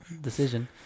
decision